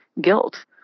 guilt